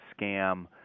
scam